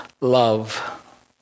love